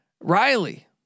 Riley